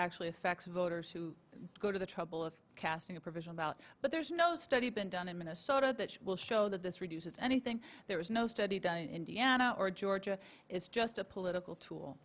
actually affects voters who go to the trouble of casting a provisional ballot but there's no study been done in minnesota that will show that this reduces anything there is no study done in indiana or georgia it's just a political tool